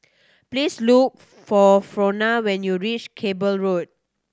please look for Frona when you reach Cable Road